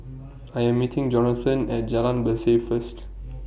I Am meeting Johnathon At Jalan Berseh First